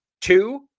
two